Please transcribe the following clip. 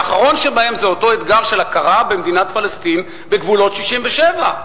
והאחרון שבהם הוא אותו אתגר של הכרה במדינת פלסטין בגבולות 67',